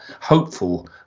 hopeful